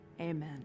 amen